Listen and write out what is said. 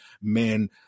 man